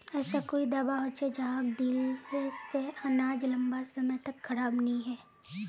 ऐसा कोई दाबा होचे जहाक दिले से अनाज लंबा समय तक खराब नी है?